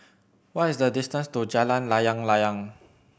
what is the distance to Jalan Layang Layang